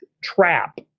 trap